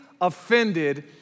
offended